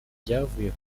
byavuye